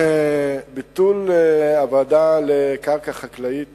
ביטול הוועדה לקרקע חקלאית